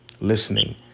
listening